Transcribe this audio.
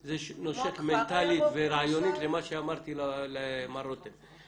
זה נושק מנטלית ורעיונית למה שאמרתי למר רותם.